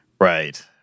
Right